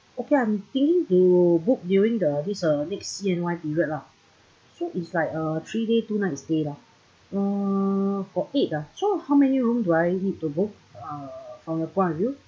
okay I'm think we will book during the this uh next C_N_Y period lah so it's like a three day two night stay lah uh for eight ah so how many room do I need to book uh from your point of view